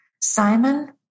Simon